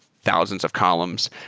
thousands of columns.